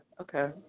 okay